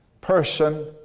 person